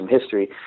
history